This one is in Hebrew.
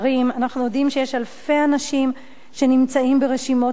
אנחנו יודעים שיש אלפי אנשים שנמצאים ברשימות המתנה,